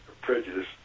prejudice